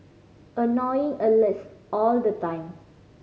annoying alerts all the time